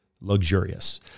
luxurious